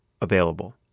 available